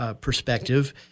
perspective